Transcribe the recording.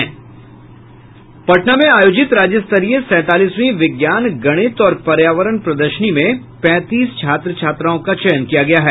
पटना में आयोजित राज्य स्तरीय सैंतालीसवीं विज्ञान गणित और पर्यावरण प्रदर्शनी में पैंतीस छात्र छात्राओं का चयन किया गया है